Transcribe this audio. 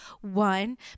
one